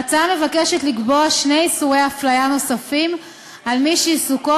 ההצעה היא לקבוע שני איסורי הפליה נוספים על מי שעיסוקו